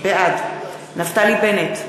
בעד נפתלי בנט,